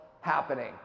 happening